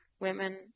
women